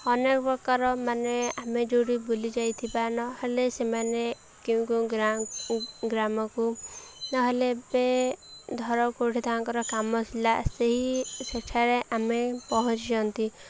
ଅନେକ ପ୍ରକାର ମାନେ ଆମେ ଯେଉଁଠି ବୁଲିଯାଇଥିବା ନହେଲେ ସେମାନେ କେଉଁ କେଉଁ ଗ୍ରାମକୁ ନହେଲେ ଏବେ ଧର କେଉଁଠି ତାଙ୍କର କାମ ଥିଲା ସେହି ସେଠାରେ ଆମେ ପହଞ୍ଚିଛନ୍ତି